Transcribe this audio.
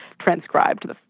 transcribed